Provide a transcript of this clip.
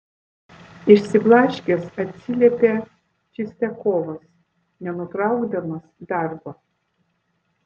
išsiblaškęs atsiliepė čistiakovas nenutraukdamas darbo